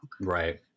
Right